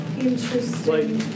interesting